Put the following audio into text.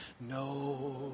no